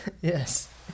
Yes